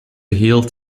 hield